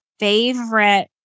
favorite